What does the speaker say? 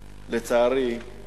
לצערי,